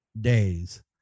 days